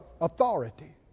authority